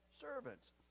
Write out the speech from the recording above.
servants